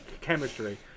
chemistry